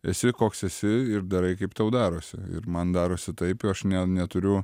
esi koks esi ir darai kaip tau darosi ir man darosi taip aš ne neturiu